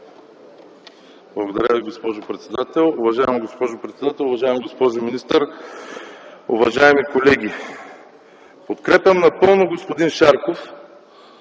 Благодаря, госпожо председател. Уважаема госпожо председател, уважаема госпожо министър, уважаеми колеги! Подкрепям напълно господин Шарков